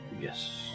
Yes